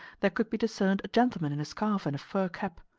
there could be discerned a gentleman in a scarf and a fur cap.